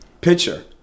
picture